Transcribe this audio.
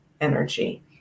energy